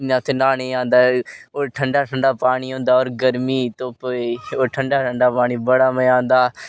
जिन्ना उत्थै न्हाने गी आंदा और ठंडा ठंडा पानी होंदा और गर्मी धुप ठंडा ठंडा पानी बड़ा मजा आंदा